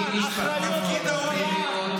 המשפחות עצמן אחראיות לגורלן.